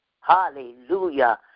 hallelujah